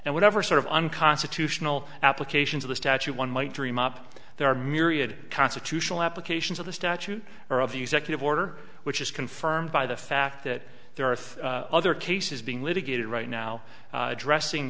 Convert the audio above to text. and whatever sort of unconstitutional applications of the statute one might dream up there are myriad constitutional applications of the statute or of the executive order which is confirmed by the fact that there are three other cases being litigated right now addressing